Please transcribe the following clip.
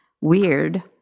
weird